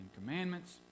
Commandments